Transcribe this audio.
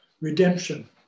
Redemption